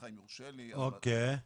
כפי שאמרתי קודם,